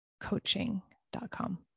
coaching.com